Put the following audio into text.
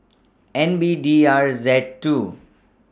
N B D R Z two